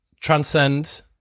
Transcend